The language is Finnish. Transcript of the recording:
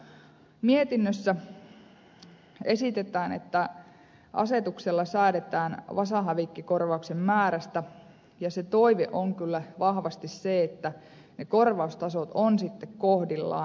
tässä mietinnössä esitetään että asetuksella säädetään vasahävikkikorvauksen määrästä ja se toive on kyllä vahvasti se että ne korvaustasot ovat sitten kohdillaan